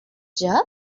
job